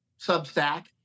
Substack